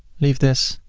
leave this,